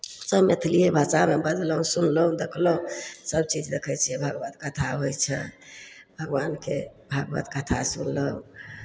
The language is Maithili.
सभ मैथिलिए भाषामे बजलहुँ सुनलहुँ देखलहुँ सभचीज देखै छियै भागवत कथा होइ छै भगवानके भागवत कथा सुनलहुँ